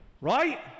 right